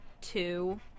two